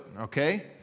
okay